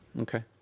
Okay